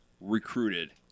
recruited